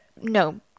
no